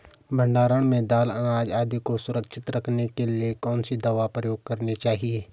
भण्डारण में दाल अनाज आदि को सुरक्षित रखने के लिए कौन सी दवा प्रयोग करनी चाहिए?